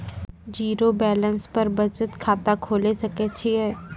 Zero balance पर बचत खाता खोले सकय छियै?